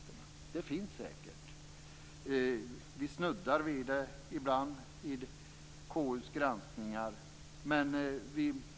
Sådant här finns säkert. Ibland snuddar vi vid det vid KU:s granskningar.